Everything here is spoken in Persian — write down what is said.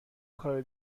کار